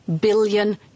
billion